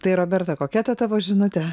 tai roberta kokia ta tavo žinutė